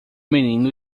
menino